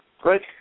Great